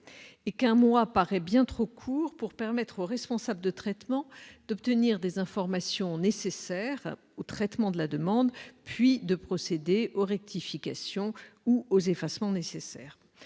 et qu'un mois paraît bien trop court pour permettre au responsable de traitement d'obtenir des informations nécessaires au traitement de la demande, puis de procéder aux rectifications ou aux effacements nécessaires.